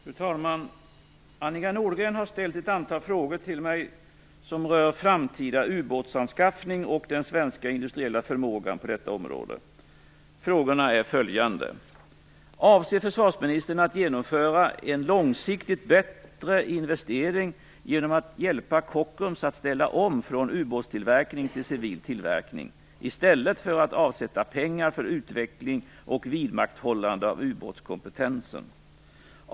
Fru talman! Annika Nordgren har ställt ett antal frågor till mig som rör framtida utbåtsanskaffning och den svenska industriella förmågan på detta område. Frågorna är följande: - Avser försvarsministern att genomföra en långsiktigt bättre investering genom att hjälpa Kockums att ställa om från ubåtstillverkning till civil tillverkning, i stället för att avsätta pengar för utveckling och vidmakthållande av ubåtskompetensen?